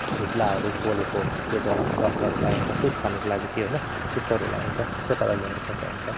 त्यसकै भुत्लाहरू पोलेको डस्टहरू लगाइन्छ सुप खानको लागि त्यो होइन त्यस्तोहरू लाइन्छ त्यस्तै पाराले अरू पकाइन्छ